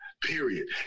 Period